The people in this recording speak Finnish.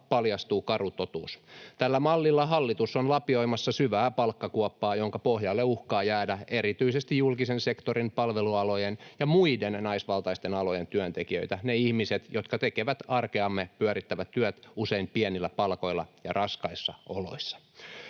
paljastuu karu totuus: tällä mallilla hallitus on lapioimassa syvää palkkakuoppaa, jonka pohjalle uhkaa jäädä erityisesti julkisen sektorin, palvelualojen ja muiden naisvaltaisten alojen työntekijöitä, ne ihmiset, jotka tekevät arkeamme pyörittävät työt usein pienillä palkoilla ja raskaissa oloissa.